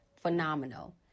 phenomenal